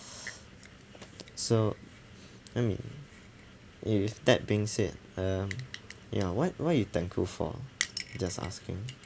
so I mean it with that being said uh ya what what you thankful for just asking